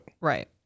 right